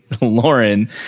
Lauren